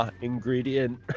ingredient